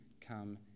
come